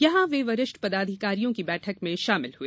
यहां वे वरिष्ठ पदाधिकारियों की बैठक में शामिल हुए